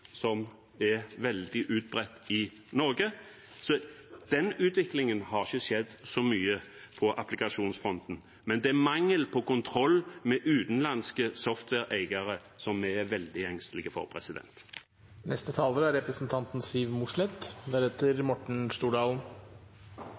som er veldig utbredt i Norge, så utviklingen har ikke vært så stor på applikasjonsfronten. Det er mangel på kontroll med utenlandske software-eiere vi er veldig engstelige for.